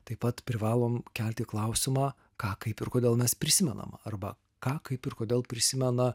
taip pat privalom kelti klausimą ką kaip ir kodėl mes prisimenam arba ką kaip ir kodėl prisimena